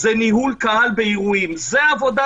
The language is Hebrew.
היא גם היתה תוכנית שעבדה.